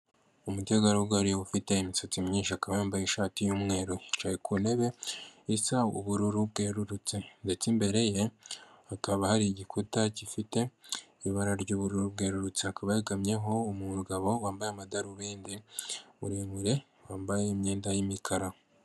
Umutegarugori ufite imisatsi myinshi akaba wambaye ishati y'umweru, yicaye ku ntebe isa ubururu bwerurutse ndetse imbere ye hakaba hari igikuta gifite ibara ry'ubururu bwerurutse, hakaba hegamyeho umugabo wambaye amadarubindi muremure wambaye imyenda y'imikara.